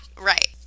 right